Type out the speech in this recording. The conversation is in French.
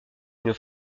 d’une